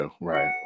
Right